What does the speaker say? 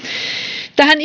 tähän